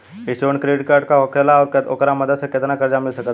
Student credit card का होखेला और ओकरा मदद से केतना कर्जा मिल सकत बा?